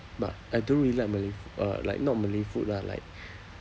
but I don't really like malay f~ uh not malay food lah like